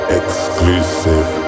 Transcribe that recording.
exclusive